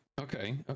Okay